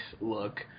look